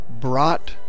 ...brought